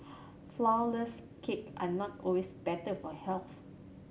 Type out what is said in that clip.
flourless cake are not always better for health